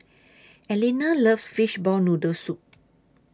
Eleanor loves Fishball Noodle Soup